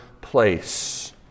place